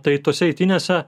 tai tose eitynėse